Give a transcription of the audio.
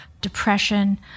depression